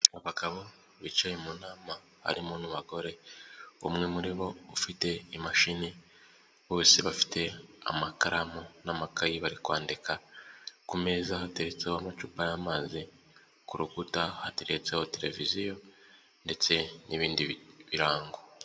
Abagabo bicaye mu nama harimo n'abagore, umwe muri bo ufite imashini bose bafite amakaramu n'amakayi bari kwandika, ku meza hateretseho amacupa y'amazi, ku rukuta hatereretseho televiziyo ndetse n'ibindi birango.